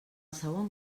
segon